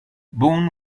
boon